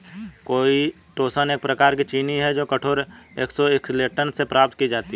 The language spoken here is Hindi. काईटोसन एक प्रकार की चीनी है जो कठोर एक्सोस्केलेटन से प्राप्त की जाती है